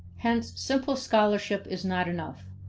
hence simple scholarship is not enough.